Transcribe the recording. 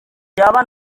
byaba